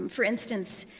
for instance,